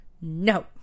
no